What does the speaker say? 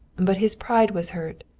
but his pride was hurt.